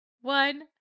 one